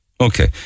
Okay